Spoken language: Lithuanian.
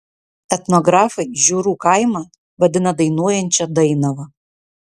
etnografai žiūrų kaimą vadina dainuojančia dainava